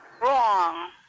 Wrong